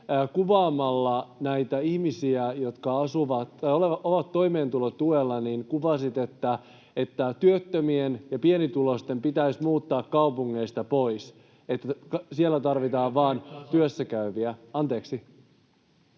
kuvaamalla näitä ihmisiä, jotka ovat toimeentulotuella, että työttömien ja pienituloisten pitäisi muuttaa kaupungeista pois ja siellä tarvitaan vain työssäkäyviä...